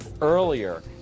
Earlier